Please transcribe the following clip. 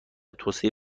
توسعه